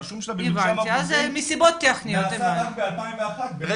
הרישום שלה שם נעשה גם ב-2001 --- מסיבות טכניות,